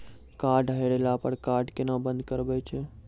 Card हेरैला पर card केना बंद करबै छै?